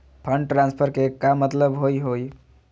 Fund transfer के का मतलब होव हई?